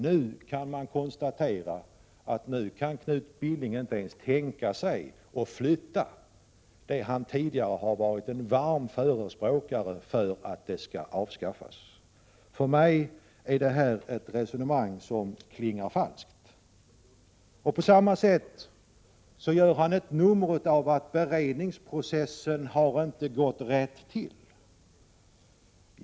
Nu kan Knut Billing inte ens tänka sig att flytta det han tidigare varmt har förespråkat skall avskaffas. För mig klingar hans resonemang falskt. På samma sätt gör han ett nummer av att beredningsprocessen inte skulle ha gått rätt till.